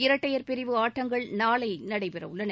இரட்டையர் பிரிவு ஆட்டங்கள் நாளை நடைபெறவுள்ளன